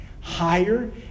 higher